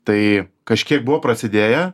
tai kažkiek buvo prasidėję